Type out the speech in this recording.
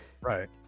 right